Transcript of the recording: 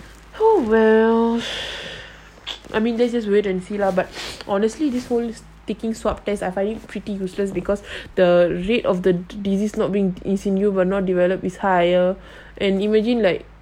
oh well I mean this is weird and see lah but honestly this whole taking swab test I find it pretty useless because the rate of the disease not being is in you but not develop is higher and imagine like